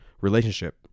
relationship